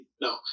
no